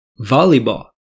volleyball